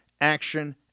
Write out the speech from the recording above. action